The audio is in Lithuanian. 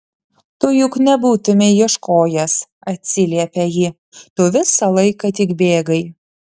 tu juk nebūtumei ieškojęs atsiliepia ji tu visą laiką tik bėgai